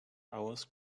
hours